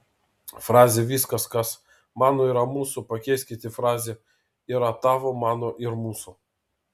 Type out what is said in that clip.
frazę viskas kas mano yra mūsų pakeiskite fraze yra tavo mano ir mūsų